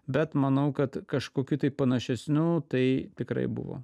bet manau kad kažkokiu tai panašesniu tai tikrai buvo